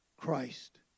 Christ